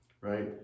right